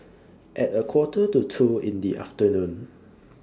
At A Quarter to two in The afternoon